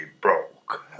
broke